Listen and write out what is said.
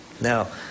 now